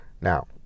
Now